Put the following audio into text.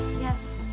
yes